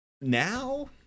Now